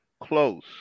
close